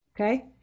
Okay